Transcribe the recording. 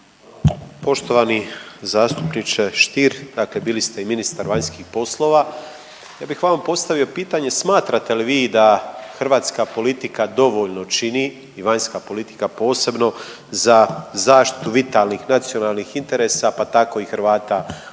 Poštovani zastupniče Stier, dakle bili ste i ministar vanjskih poslova, ja bih vama postavio pitanje smatrate li vi da hrvatska politika dovoljno čini i vanjska politika, a posebno za zaštitu vitalnih nacionalnih interesa, pa tako i Hrvata u BiH?